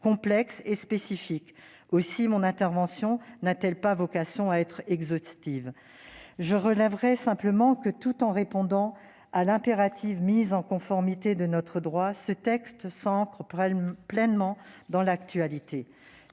complexes et spécifiques. Aussi mon intervention n'a-t-elle pas vocation à être exhaustive. Je relèverai simplement que, tout en répondant à l'impérative mise en conformité de notre droit, le texte s'ancre pleinement dans l'actualité.